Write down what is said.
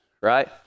right